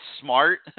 smart